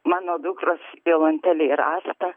mano dukros jolantėlė ir asta